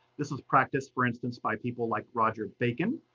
this was practiced, for instance, by people like roger bacon,